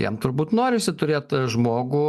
jam turbūt norisi turėt žmogų